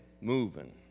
moving